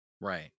right